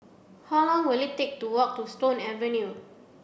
how long will it take to walk to Stone Avenue